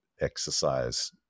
exercise